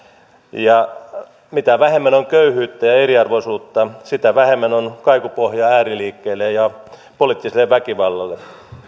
ja mitä vähemmän on köyhyyttä ja eriarvoisuutta sitä vähemmän on kaikupohjaa ääriliikkeille ja ja poliittiselle väkivallalle